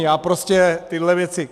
Já prostě tyhle věci...